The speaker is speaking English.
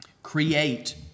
Create